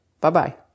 Bye-bye